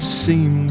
seem